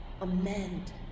Amend